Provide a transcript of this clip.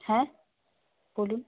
হ্যাঁ বলুন